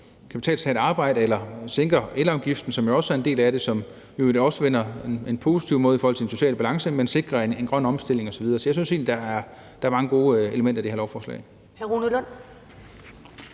at tage et arbejde, eller at vi sænker elafgiften, som jo også er en del af det, som i øvrigt også vender på en positiv måde i forhold til den sociale balance, og som sikrer en grøn omstilling osv., er godt. Så jeg synes egentlig, at der er mange gode elementer i det her lovforslag.